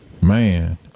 Man